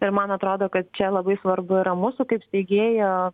ir man atrodo kad čia labai svarbu yra mūsų kaip steigėjo